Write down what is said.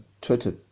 Twitter